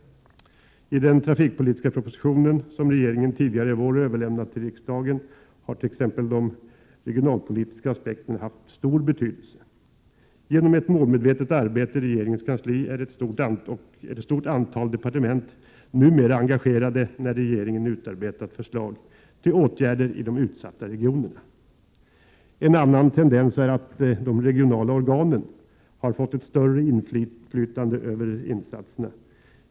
I den trafikpolitiska propositionen — som regeringen tidigare i vår överlämnat till riksdagen — har t.ex. de regionalpolitiska aspekterna haft stor betydelse. Genom ett målmedvetet arbete i regeringens kansli är ett stort antal departement numera engagerade när regeringen utarbetar förslag till åtgärder i de utsatta regionerna. En annan tendens är att de regionala organen har fått ett större inflytande över insatserna.